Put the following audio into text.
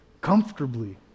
comfortably